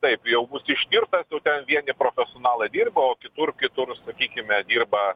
taip jau bus ištirtas nu ten vieni profesionalai o kitur kitur sakykime dirba